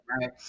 right